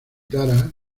tara